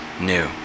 new